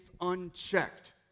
unchecked